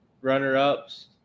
runner-ups